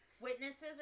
Witnesses